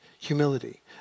Humility